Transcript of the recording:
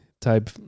type